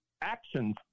actions